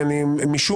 איפה היועצת המשפטית?